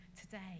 today